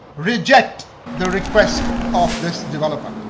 reject the request of this developer.